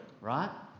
right